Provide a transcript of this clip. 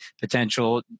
potential